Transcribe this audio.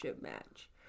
match